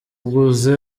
uguze